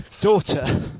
daughter